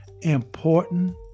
important